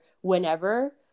whenever